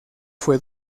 fue